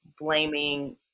blaming